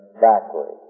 backwards